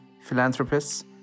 philanthropists